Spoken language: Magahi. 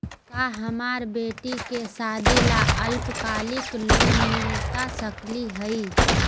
का हमरा बेटी के सादी ला अल्पकालिक लोन मिलता सकली हई?